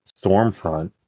Stormfront